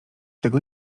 tego